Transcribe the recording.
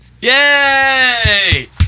Yay